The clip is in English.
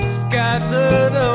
scattered